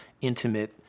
intimate